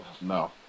No